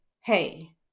hey